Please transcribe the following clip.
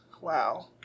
Wow